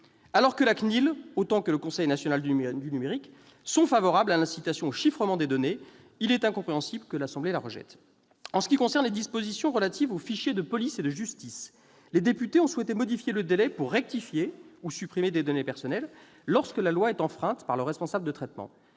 Alors que la CNIL autant que le Conseil national du numérique sont favorables à l'incitation au chiffrement des données, il est incompréhensible que l'Assemblée la rejette. S'agissant des dispositions relatives aux fichiers de police et de justice, les députés ont souhaité modifier le délai pour rectifier ou supprimer des données personnelles, lorsque la loi est enfreinte par le responsable de traitement.